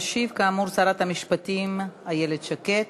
תשיב, כאמור, שרת המשפטים איילת שקד.